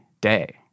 day